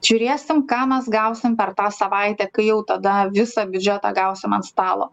žiūrėsim ką mes gausim per tą savaitę kai jau tada visą biudžetą gausime ant stalo